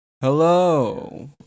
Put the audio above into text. hello